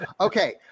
Okay